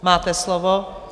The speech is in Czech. Máte slovo.